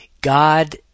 God